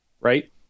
Right